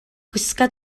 gwisga